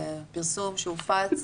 פרסום שהופץ,